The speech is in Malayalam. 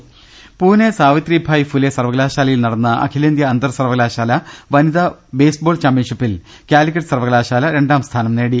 രുട്ടിട്ട്ട്ട്ട്ട്ട പൂനെ സാവിത്രിഭായ് ഫുലെ സർവകലാശാലയിൽ നടന്ന അഖിലേന്ത്യാ അന്തർസർവകലാശാല വനിതാ ബേസ്ബോൾ ചാമ്പ്യൻഷിപ്പിൽ കാലിക്കറ്റ് സർവകലാശാല രണ്ടാംസ്ഥാനം നേടി